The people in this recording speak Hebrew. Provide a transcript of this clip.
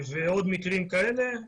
ועוד מקרים כאלה.